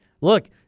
Look